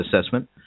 assessment